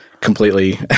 completely